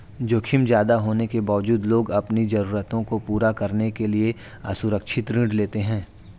जोखिम ज्यादा होने के बावजूद लोग अपनी जरूरतों को पूरा करने के लिए असुरक्षित ऋण लेते हैं